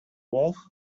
wolf